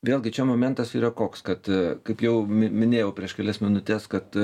vėlgi čia momentas yra koks kad kaip jau mi minėjau prieš kelias minutes kad